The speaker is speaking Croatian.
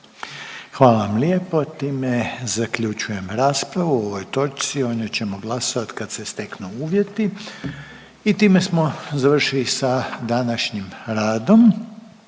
Hvala vam lijepo. Time zaključujem raspravu o ovoj točci. O njoj ćemo glasovati kad se steknu uvjeti. I time smo završili sa današnjim radom.